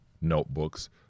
notebooks